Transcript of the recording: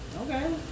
Okay